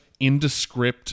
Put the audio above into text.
indescript